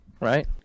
Right